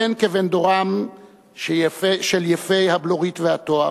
הן כבן דורם של יפי הבלורית והתואר,